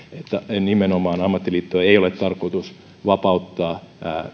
nimenomaan ammattiliittoja ei ole tarkoitus vapauttaa